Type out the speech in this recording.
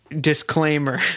disclaimer